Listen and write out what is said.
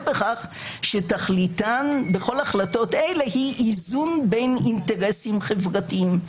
בכך שתכליתן בכל החלטות אלה היא איזון בין אינטרסים חברתיים.